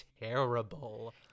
terrible